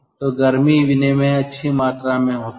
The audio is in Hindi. तो गर्मी विनिमय अच्छी मात्रा में होता है